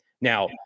now